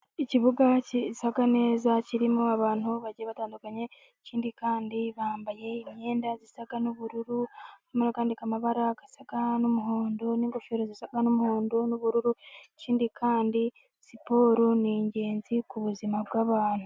Ikibuga gisa neza kirimo abantu bagiye batandukanye, ikindi kandi bambaye imyenda isa n'ubururu n'ayandi mabara asa n'umuhondo, n'ingofero zisa n'umuhondo n'ubururu, ikindi kandi siporo ni ingenzi ku buzima bw'abantu.